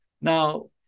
Now